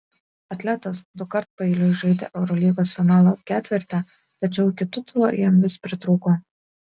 atletas dukart paeiliui žaidė eurolygos finalo ketverte tačiau iki titulo jam vis pritrūko